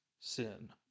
sin